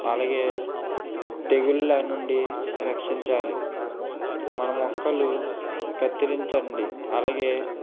అలాగే తెగుళ్ళ నుండి రక్షించాలి మన మొక్కలు కత్తిరించండి అలాగే